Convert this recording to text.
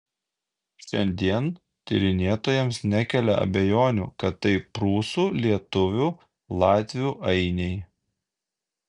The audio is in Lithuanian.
šiandien tyrinėtojams nekelia abejonių kad tai prūsų lietuvių latvių ainiai